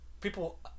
People